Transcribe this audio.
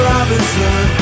Robinson